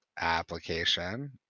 application